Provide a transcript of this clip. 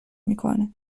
میکنه